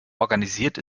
organisiert